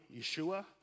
Yeshua